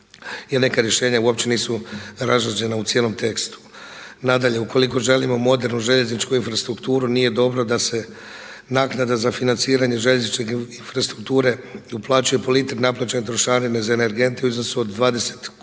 neka rješenja uopće nisu razrađena u cijelom tekstu. Nadalje, ukoliko želimo modernu željezničku infrastrukturu nije dobro da se naknada za financiranje željezničke infrastrukture uplaćuje po litri naplaćene trošarine za energente u iznosu od 20 lipa